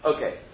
Okay